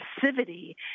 Passivity